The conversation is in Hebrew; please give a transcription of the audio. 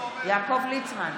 יעקב ליצמן,